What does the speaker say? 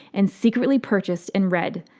and secretly purchased and read.